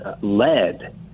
led